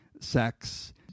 sex